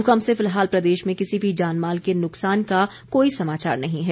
भूकंप से फिलहाल प्रदेश में किसी भी जानमाल के नुकसान का कोई समाचार नहीं है